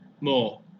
more